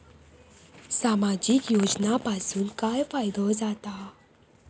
सामाजिक योजनांपासून काय फायदो जाता?